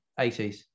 80s